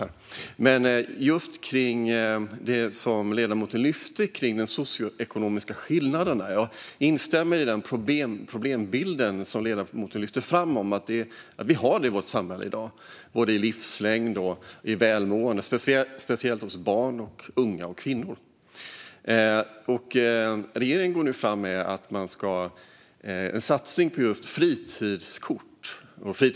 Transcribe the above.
När det gäller det som ledamoten lyfte upp om de socioekonomiska skillnaderna instämmer jag i den problembild som ledamoten lyfte fram - att vi har detta i vårt samhälle i dag, både i livslängd och i välmående, speciellt hos barn och unga och hos kvinnor. Regeringen går nu fram med en satsning på fritidskort.